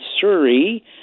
Surrey